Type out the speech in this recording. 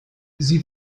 sie